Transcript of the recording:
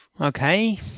Okay